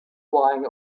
flying